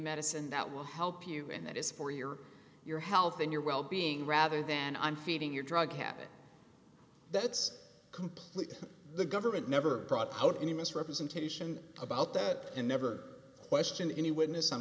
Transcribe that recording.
medicine that will help you and that is for your your health and your wellbeing rather than on feeding your drug habit that's completely the government never brought out any misrepresentation about that and never question any witness on